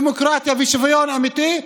דמוקרטיה ושוויון אמיתי,